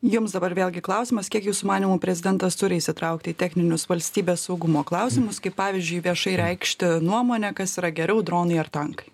jums dabar vėlgi klausimas kiek jūsų manymu prezidentas turi įsitraukti į techninius valstybės saugumo klausimus kaip pavyzdžiui viešai reikšti nuomonę kas yra geriau dronai ar tankai